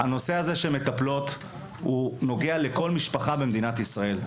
שהנושא הזה של המטפלות נוגע לכל משפחה במדינת ישראל.